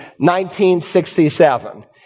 1967